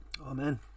Amen